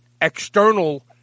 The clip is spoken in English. external